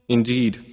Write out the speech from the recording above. Indeed